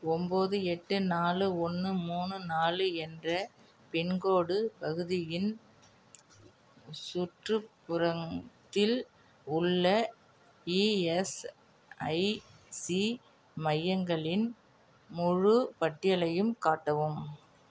ஒன்போது எட்டு நாலு ஒன்று மூணு நாலு என்ற பின்கோடு பகுதியின் சுற்றுப்புறத்தில் உள்ள இஎஸ்ஐசி மையங்களின் முழுப் பட்டியலையும் காட்டவும்